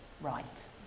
right